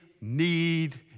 need